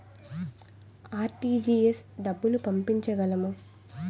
RTGS డబ్బులు పంపించగలము?